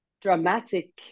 dramatic